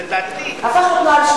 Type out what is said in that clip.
שלא על-פי תקנון,